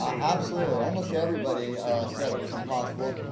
um absolutely. almost everybody said it was impossible.